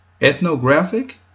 ethnographic